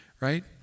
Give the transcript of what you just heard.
right